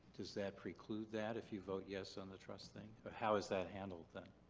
does that preclude that if you vote yes on the trust thing? how is that handled then?